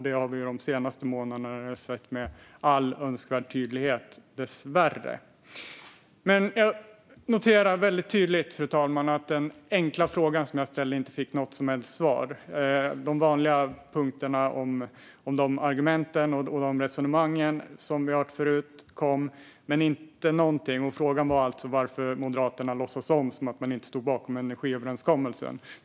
Det har vi dessvärre sett med all önskvärd tydlighet de senaste månaderna. Fru talman! Det är tydligt att jag inte fick något som helst svar på den enkla fråga jag ställde. De vanliga punkterna, argumenten och resonemangen som vi har hört förut kom. Frågan var varför Moderaterna låtsas som att de inte stod bakom energiöverenskommelsen.